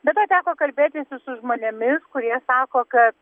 bet dar teko kalbėtis ir su žmonėmis kurie sako kad